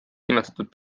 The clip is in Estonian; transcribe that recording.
nimetatud